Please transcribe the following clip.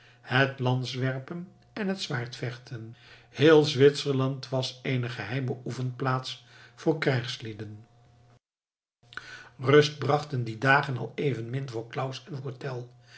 het lanswerpen en het zwaardvechten heel zwitserland was ééne geheime oefenplaats voor krijgslieden rust brachten die dagen al evenmin voor claus en